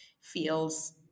feels